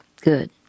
Good